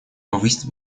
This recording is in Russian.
повысить